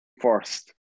first